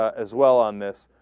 as well on this